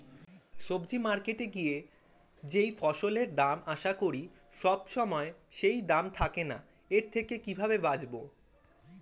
সবজি মার্কেটে গিয়ে যেই ফসলের দাম আশা করি সবসময় সেই দাম থাকে না এর থেকে কিভাবে বাঁচাবো?